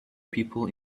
people